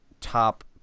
top